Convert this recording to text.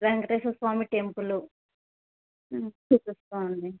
Venkateswara Swamy temple చూపిస్తామండి